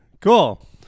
cool